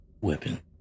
weapon